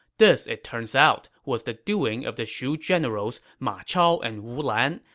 this, it turns out, was the doing of the shu generals ma chao and wu lan,